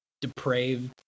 depraved